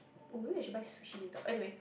or maybe I should buy sushi later anyway